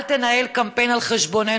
אל תנהל קמפיין על חשבוננו,